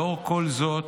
לאור כל זאת,